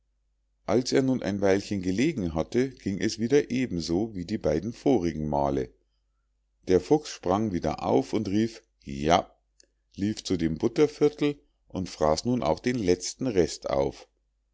als er nun ein weilchen gelegen hatte ging es wieder eben so wie die beiden vorigen male der fuchs sprang wieder auf und rief ja lief zu dem butterviertel und fraß nun auch den letzten rest auf